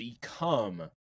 Become